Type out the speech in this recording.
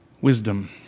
Wisdom